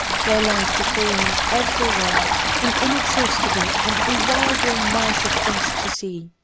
there lies before him every where an inexhaustible and bewildering mass of things to see.